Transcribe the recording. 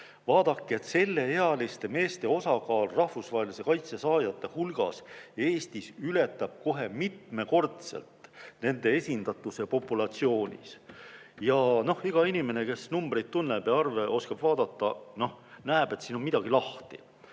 Vaadake, sellises vanuses meeste osakaal rahvusvahelise kaitse saanute hulgas Eestis ületab kohe mitmekordselt nende esindatuse populatsioonis. Iga inimene, kes numbreid tunneb ja arve oskab vaadata, näeb, et siin on midagi lahti.